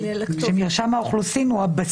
אולי מאה אלף -- אפשר להציע הצעה לרשות האוכלוסין על עניין